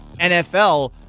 NFL